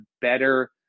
better